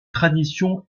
traditions